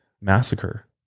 massacre